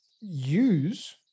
use